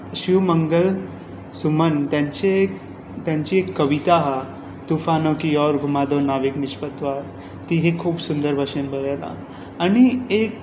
शीव मंगल सुमन तांची तांची एक कविता आसा तुफानो की ओर गुमा दो ती खूब सुंदर भशेन बरयल्या आनी एक